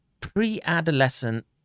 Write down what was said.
pre-adolescent